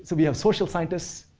so we have social scientists,